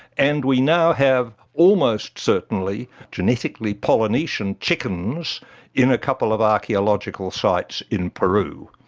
and we now have almost certainly genetically polynesian chickens in a couple of archaeological sites in peru.